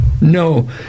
no